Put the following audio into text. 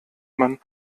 man